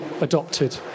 adopted